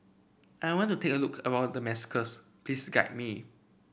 I want to take a look around Damascus please guide me